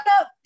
up